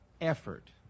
effort